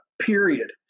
period